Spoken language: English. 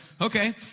okay